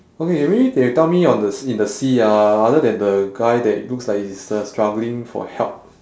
okay maybe they tell me on the s~ in the sea ah other than the guy that looks like he's uh struggling for help